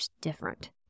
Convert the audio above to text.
different